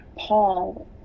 Paul